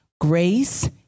grace